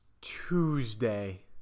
Tuesday